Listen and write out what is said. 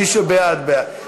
מי שבעד, בעד.